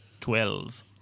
Twelve